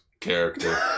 character